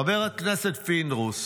חבר הכנסת פינדרוס